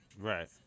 Right